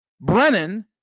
Brennan